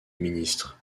ministre